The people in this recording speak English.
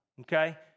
Okay